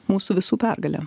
mūsų visų pergalė